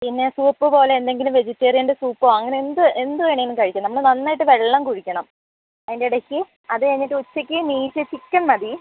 പിന്നെ സൂപ്പ് പോലെ എന്തെങ്കിലും വെജിറ്റേറിയൻ്റ സൂപ്പോ അങ്ങനെ എന്ത് എന്ത് വേണേലും കഴിക്കം നമ്മള് നന്നായിട്ട് വെള്ളം കുടിക്കണം അയിൻ്റ എടയ്ക്ക് അത് കഴിഞ്ഞിട്ട് ഉച്ചയ്ക്ക് മീൽസ് ചിക്കൻ മതി